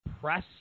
press